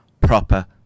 proper